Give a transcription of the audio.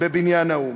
בבניין האו"ם.